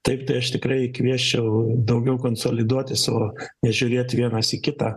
taip tai aš tikrai kviesčiau daugiau konsoliduotis o ne žiūrėti vienas į kitą